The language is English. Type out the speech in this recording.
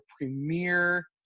premier